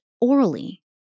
orally